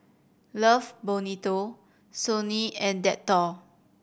Love Bonito Sony and Dettol